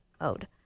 mode